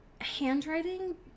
handwriting